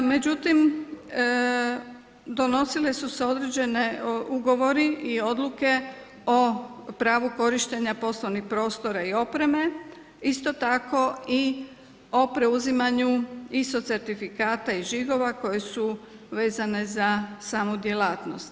Međutim, donosile su se određeni ugovori i odluke o pravu korištenja poslovnog prostora i opreme isto tako i o preuzimanju ISO certifikata i žigova, koje su vezane uz samu djelatnost.